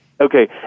Okay